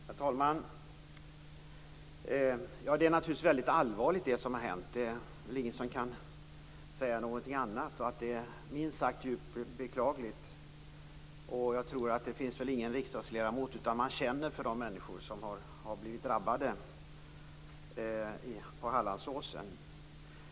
Herr talman! Det som har hänt är naturligtvis väldigt allvarligt. Det finns väl ingen som kan säga någonting annat. Det är minst sagt djupt beklagligt. Det finns nog ingen riksdagsledamot som inte känner för de människor som har blivit drabbade på Hallandsåsen.